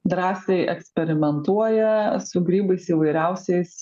drąsiai eksperimentuoja su grybais įvairiausiais